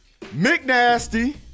McNasty